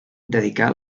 dedicà